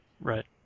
Right